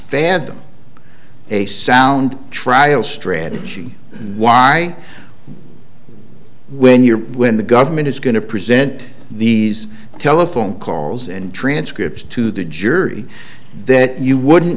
fathom a sound trial strategy why when you're when the government is going to present these telephone calls and transcripts to the jury that you wouldn't